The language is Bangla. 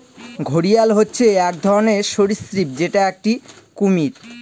ঘড়িয়াল হচ্ছে এক ধরনের সরীসৃপ যেটা একটি কুমির